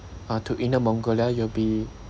uh to inner mongolia you'll be